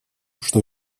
что